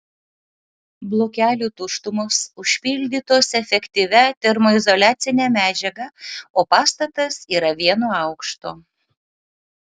blokelių tuštumos užpildytos efektyvia termoizoliacine medžiaga o pastatas yra vieno aukšto